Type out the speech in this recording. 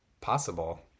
possible